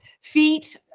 feet